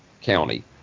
county